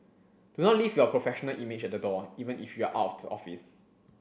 do not leave your professional image at the door even if you are out of the office